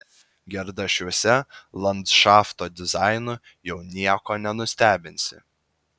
gerdašiuose landšafto dizainu jau nieko nenustebinsi